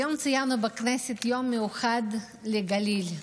היום ציינו בכנסת יום מיוחד לגליל.